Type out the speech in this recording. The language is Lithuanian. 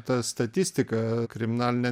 ta statistika kriminalinė